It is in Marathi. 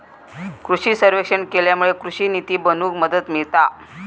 कृषि सर्वेक्षण केल्यामुळे कृषि निती बनवूक मदत मिळता